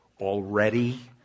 already